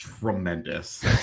tremendous